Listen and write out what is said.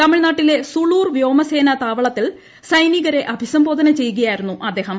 തമിഴ്നാട്ടിലെ സുളൂർ വ്യോമസേന താവളത്തിൽ സൈനികരെ അഭിസംബോധന ചെയ്യുകയായിരുന്നു അദ്ദേഹം